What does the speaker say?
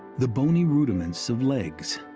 the bony rudiments of legs.